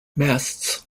masts